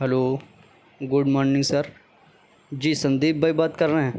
hello good morning sir ji Sandeep بھائی بات کر رہے ہیں